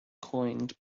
coined